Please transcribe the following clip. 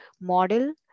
model